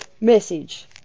message